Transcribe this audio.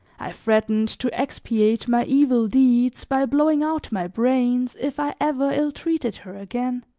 i threatened to expiate my evil deeds by blowing out my brains, if i ever ill-treated her again.